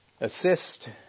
assist